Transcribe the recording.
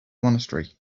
monastery